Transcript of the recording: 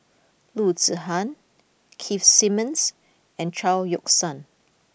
Loo Zihan Keith Simmons and Chao Yoke San